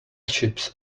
chips